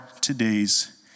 today's